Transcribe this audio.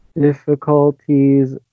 difficulties